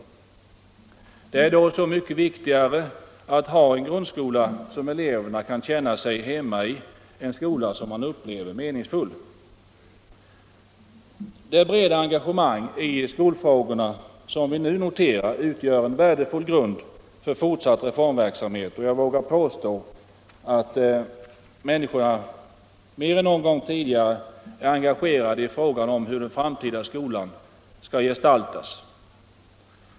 Det är då så mycket viktigare att ha en grundskola som eleverna kan känna sig hemma i, en skola som upplevs meningsfull. Det breda engagemanget i skolfrågorna, som vi nu noterar, utgör en värdefull grund för fortsatt reformverksamhet. Jag vågar påstå att människorna mer än någon gång tidigare är engagerade i frågan om hur den framtida skolan skall gestaltas.